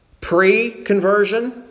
Pre-conversion